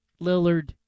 Lillard